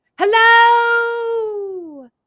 Hello